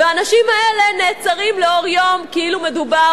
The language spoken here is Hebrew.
והאנשים האלה נעצרים לאור יום כאילו מדובר